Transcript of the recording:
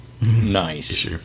Nice